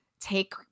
take